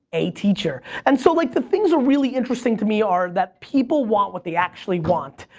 a teacher. and so, like, the things are really interesting to me are that people want what they actually want,